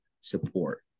support